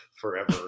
forever